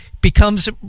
becomes